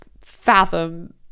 fathom